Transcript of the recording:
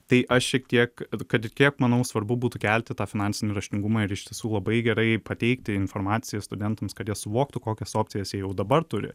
tai aš šiek tiek kad ir kiek manau svarbu būtų kelti tą finansinį raštingumą ir iš tiesų labai gerai pateikti informaciją studentams kad suvoktų kokias opcijas jie jau dabar turi